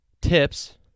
tips